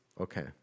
okay